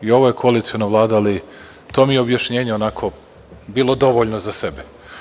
I ovo je koaliciona Vlada, ali to mi je objašnjenje onako bilo dovoljno za sebe.